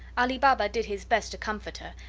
ali baba did his best to comfort her,